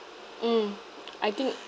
mm I think